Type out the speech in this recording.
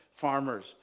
farmers